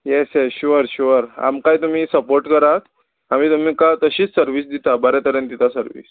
येस yes sure sure आमकांय तुमी support करात आमी तुमकां तशीच सर्वीस दिता बरे तरेन दिता सर्वीस